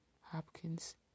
Hopkins